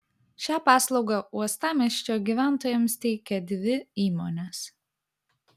šią paslaugą uostamiesčio gyventojams teikia dvi įmonės